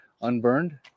unburned